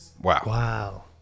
Wow